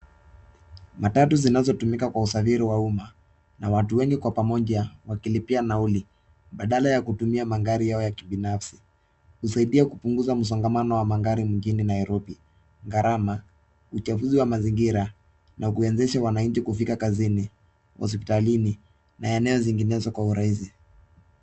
Matatu zinazotumika kwa usafiri wa umma na watu wengi kwa pamoja wakilipia nauli badala ya kutumia magari yao ya kibinafsi kusaidia kupunguza msongamano wa magari mjini Nairobi, gharama, uchafuzi wa mazingira na kuwezesha wanachi kufika kazini, hospitalini na eneo zinginezo kwa urahisi.